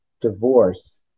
divorce